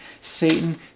satan